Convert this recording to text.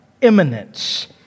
imminence